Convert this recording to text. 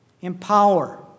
empower